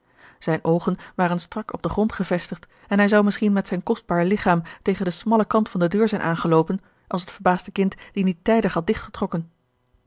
zijne oogen waren strak op den grond gevestigd en hij zou misschien met zijn kostbaar ligchaam tegen den smallen kant van de deur zijn aangeloopen als het verbaasde kind die niet tijdig had